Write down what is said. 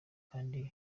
kandi